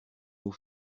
nous